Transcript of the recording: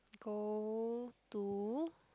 go to